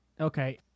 Okay